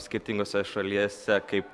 skirtingose šaliese kaip